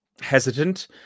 hesitant